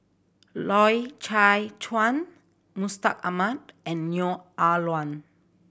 Loy Chye Chuan Mustaq Ahmad and Neo Ah Luan